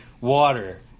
Water